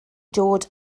dod